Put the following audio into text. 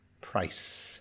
price